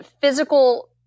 physical